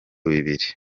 bibiri